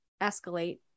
escalate